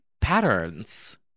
patterns